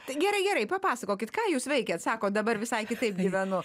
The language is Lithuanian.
tai gerai gerai papasakokit ką jūs veikiat sakot dabar visai kitaip gyvenu